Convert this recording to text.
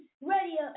radio